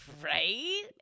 Right